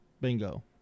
bingo